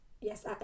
yes